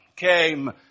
came